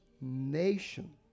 nation